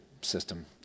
system